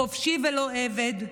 חופשי ולא עבד,